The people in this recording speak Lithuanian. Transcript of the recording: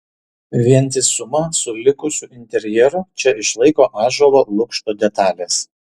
vientisumą su likusiu interjeru čia išlaiko ąžuolo lukšto detalės